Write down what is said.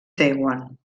taiwan